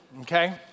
Okay